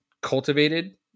cultivated